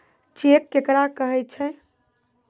Cheque केकरा कहै छै?